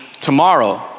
tomorrow